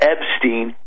Epstein